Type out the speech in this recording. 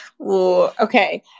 Okay